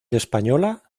española